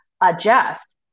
adjust